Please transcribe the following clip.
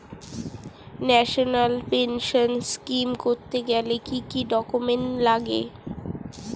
National pension scheme করতে গেলে কি কি ডকুমেন্ট লাগে?